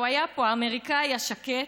הוא היה פה: האמריקני השקט,